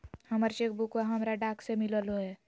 हमर चेक बुकवा हमरा डाक से मिललो हे